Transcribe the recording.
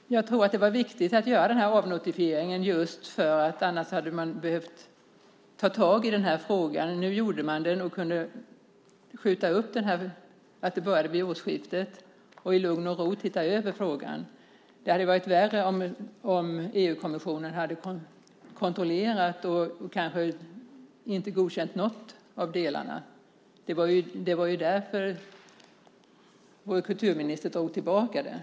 Herr talman! Jag tror att det var viktigt att göra avnotifieringen just för att man annars hade behövt ta tag i frågan. Nu gjorde man den och kunde skjuta upp det här, så att det började vid årsskiftet, och i lugn och ro titta över frågan. Det hade varit värre om EU-kommissionen hade gjort kontroller och kanske inte godkänt någon av delarna. Det var ju därför vår kulturminister tog tillbaka det.